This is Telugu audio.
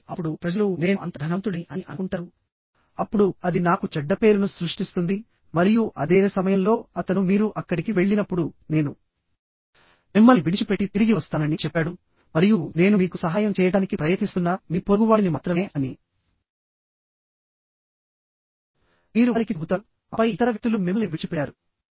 కాబట్టి అప్పుడు ప్రజలు నేను అంత ధనవంతుడిని అని అనుకుంటారు అప్పుడు అది నాకు చెడ్డ పేరును సృష్టిస్తుంది మరియు అదే సమయంలో అతను మీరు అక్కడికి వెళ్ళినప్పుడు నేను మిమ్మల్ని విడిచిపెట్టి తిరిగి వస్తానని చెప్పాడు మరియు నేను మీకు సహాయం చేయడానికి ప్రయత్నిస్తున్న మీ పొరుగువాడిని మాత్రమే అని మీరు వారికి చెబుతారు ఆపై ఇతర వ్యక్తులు మిమ్మల్ని విడిచిపెట్టారు